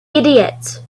idiot